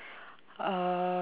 uh